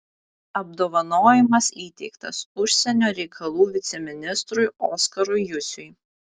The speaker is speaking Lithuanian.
apdovanojimas įteiktas užsienio reikalų viceministrui oskarui jusiui